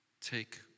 take